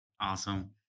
Awesome